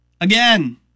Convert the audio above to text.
Again